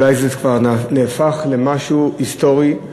ואולי זה כבר נהפך למשהו היסטורי,